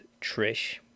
Trish